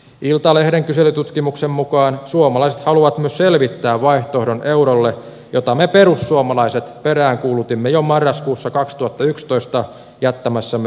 iltalehden kyselytutkimuksen mukaan suomalaiset halua selvittää vaihto eurolle jota me perussuomalaiset peräänkuulutimme jo marraskuussa kaksituhattayksitoista jättämässämme